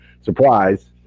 Surprise